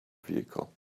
vehicle